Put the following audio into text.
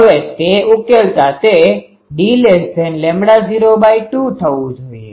હવે તે ઉકેલતા તે d૦2 થવું જોઈએ